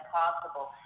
possible